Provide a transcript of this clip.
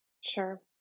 Sure